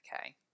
Okay